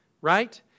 right